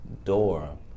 door